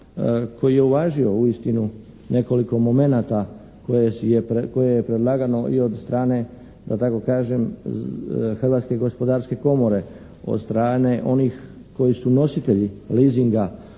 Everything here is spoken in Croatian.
koji je uvažio uistinu nekoliko momenata koje je predlagano i od strane da tako kažem Hrvatske gospodarske komore, od strane onih koji su nositelji leasinga